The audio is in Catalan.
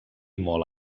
molt